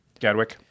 Gadwick